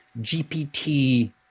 GPT